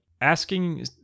asking